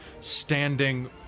standing